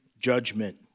judgment